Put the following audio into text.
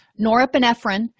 Norepinephrine